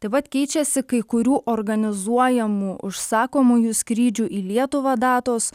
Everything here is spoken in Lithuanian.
taip pat keičiasi kai kurių organizuojamų užsakomųjų skrydžių į lietuvą datos